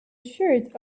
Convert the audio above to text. shirt